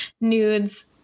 nudes